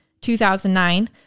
2009